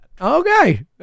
okay